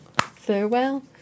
farewell